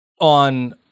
on